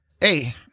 hey